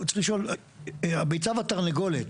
צריך לשאול - הביצה והתרנגולת,